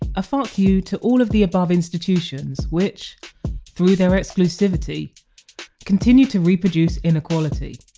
a fuck you to all of the above institutions, which through their exclusivity continue to reproduce inequality.